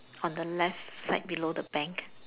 on the left side below the bank